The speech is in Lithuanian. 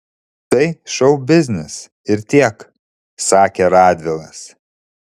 tai šou biznis ir tiek sakė radvilas